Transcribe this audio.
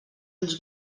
ulls